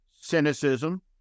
cynicism